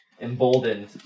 emboldened